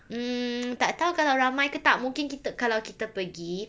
mm tak tahu kalau ramai ke tak mungkin kita kalau kita pergi